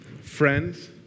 friends